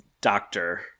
doctor-